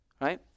Right